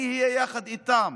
אני אהיה יחד איתם.